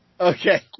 Okay